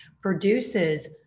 produces